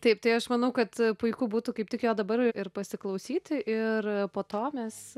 taip tai aš manau kad puiku būtų kaip tik jo dabar ir pasiklausyti ir po to mes